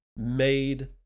made